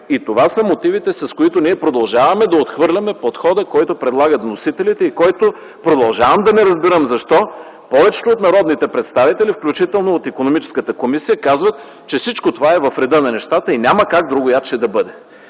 Това са мотивите, с които ние продължаваме да отхвърляме подхода, който предлагат вносителите и за който продължавам да не разбирам защо повечето от народните представители, включително от Икономическата комисия, казват, че всичко това е в реда на нещата и няма как другояче да бъде.